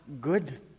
good